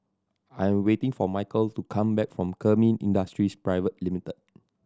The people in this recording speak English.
I am waiting for Michal to come back from Kemin Industries Private Limited